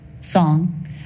song